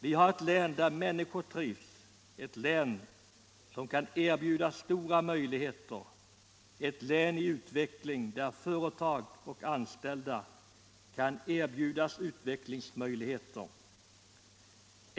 Vi har ett län där människor trivs, ett län som kan erbjuda stora möjligheter, ett län i utveckling där företag och anställda kan erbjudas utvecklingsmöjligheter.